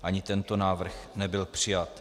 Ani tento návrh nebyl přijat.